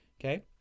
okay